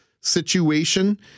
situation